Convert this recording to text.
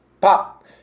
Pop